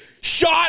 shot